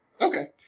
Okay